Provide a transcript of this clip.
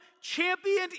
championed